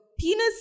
Penis